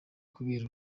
kubera